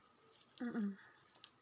mmhmm